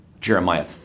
Jeremiah